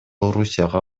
орусияга